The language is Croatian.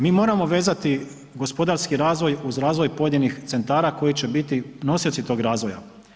Mi moramo vezati gospodarski razvoj uz razvoj pojedinih centara koji će biti nosioci tog razvoja.